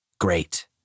Great